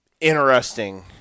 interesting